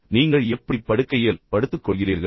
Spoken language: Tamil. எனவே நீங்கள் எப்படி படுக்கையில் படுத்துக் கொள்கிறீர்கள்